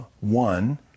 one